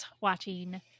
watching